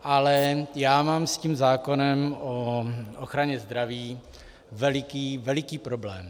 Ale já mám s tím zákonem o ochraně zdraví veliký, veliký problém.